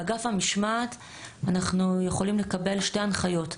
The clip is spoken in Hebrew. באגף המשמעת אנחנו יכולים לקבל שתי הנחיות: